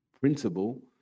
principle